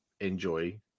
enjoy